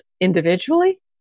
individually